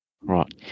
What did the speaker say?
Right